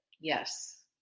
Yes